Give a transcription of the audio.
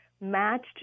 matched